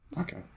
Okay